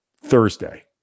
Thursday